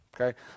okay